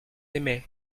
aimaient